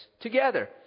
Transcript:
together